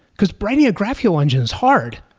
because branding a graphql engine is hard,